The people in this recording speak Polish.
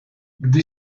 gdy